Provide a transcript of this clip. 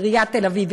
עיריית תל אביב,